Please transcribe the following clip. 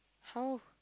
how